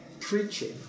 preaching